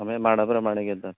आमी माडा प्रमाणे घेतात